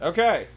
Okay